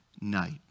night